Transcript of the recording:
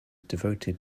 devoted